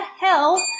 hell